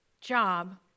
job